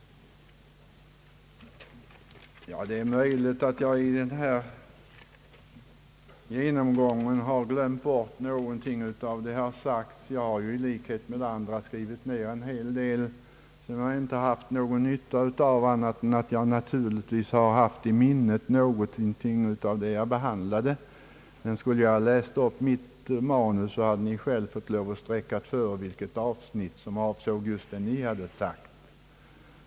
Det är tänkbart att jag under denna genomgång har glömt bort något. Jag har i likhet med andra skrivit ned en hel del, men jag har inte haft någon större nytta av det. Skulle jag ha läst upp mitt manus hade ni själva fått strecka för vilket avsnitt som avsåg det ni hade talat om.